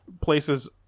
places